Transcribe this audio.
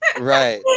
right